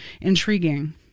intriguing